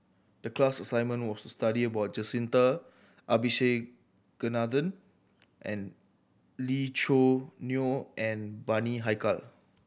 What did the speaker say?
the class assignment was to study about Jacintha Abisheganaden and Lee Choo Neo and Bani Haykal